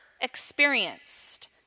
experienced